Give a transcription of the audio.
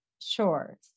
Sure